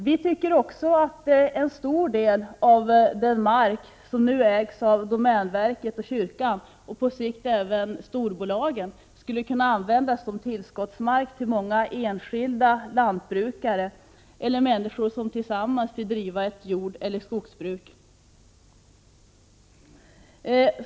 Vi tycker också att en stor del av den mark som nu ägs av domänverket och kyrkan och på sikt även den mark som ägs av storbolagen skulle kunna användas som tillskottsmark till många enskilda lantbrukare eller människor som tillsammans vill driva ett jordeller skogsbruk.